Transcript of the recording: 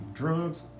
drugs